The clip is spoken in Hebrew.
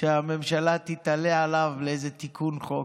שהממשלה תיתלה עליו לאיזה תיקון חוק,